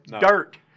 dirt